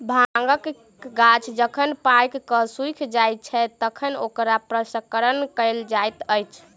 भांगक गाछ जखन पाइक क सुइख जाइत छै, तखन ओकरा प्रसंस्करण कयल जाइत अछि